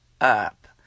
up